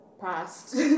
past